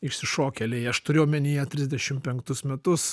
išsišokėliai aš turiu omenyje trisdešim penktus metus